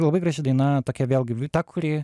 labai graži daina tokia vėlgi ta kuri